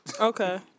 Okay